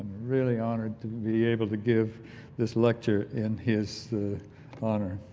really honored to be able to give this lecture in his honor.